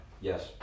Yes